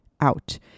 out